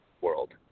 world